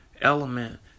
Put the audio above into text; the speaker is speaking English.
element